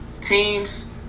teams